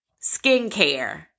skincare